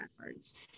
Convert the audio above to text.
efforts